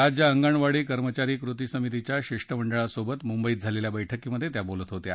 राज्य अंगणवाडी कर्मचारी कृती समितीच्या शिष्टमंडळासोबत मुंबईत झालेल्या बैठकीत त्या बोलत होत्या